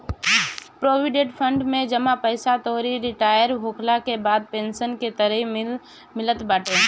provident fund में जमा पईसा तोहरी रिटायर होखला के बाद पेंशन के तरही मिलत बाटे